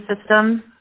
system